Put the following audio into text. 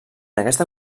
aquesta